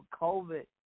COVID